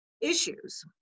issues